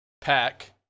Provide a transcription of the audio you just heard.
pack